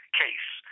case